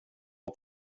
var